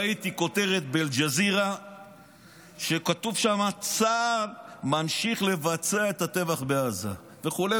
ראיתי כותרת באל-ג'זירה שכתוב שם: צה"ל ממשיך לבצע את הטבח בעזה וכו'.